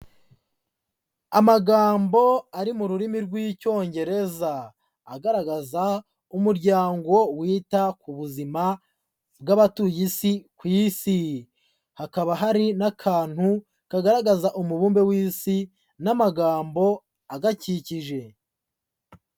Amagambo ari mu rurimi rw'icyongereza. Agaragaza umuryango wita ku buzima bw'abatuye isi, ku isi. Hakaba hari n'akantu kagaragaza umubumbe w'isi n'amagambo agakikije.